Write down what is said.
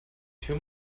too